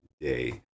day